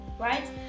right